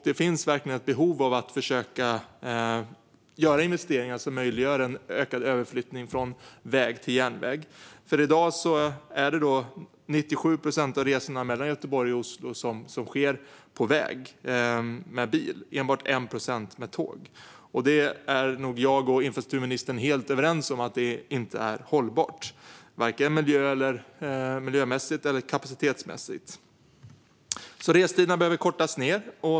Det finns verkligen ett behov av att försöka göra investeringar som möjliggör en ökad överflyttning från väg till järnväg. I dag sker 97 procent av resorna mellan Göteborg och Oslo med bil, på väg. Enbart 1 procent sker med tåg. Jag och infrastrukturministern är nog helt överens om att det inte är hållbart - varken miljömässigt eller kapacitetsmässigt. Restiderna behöver kortas.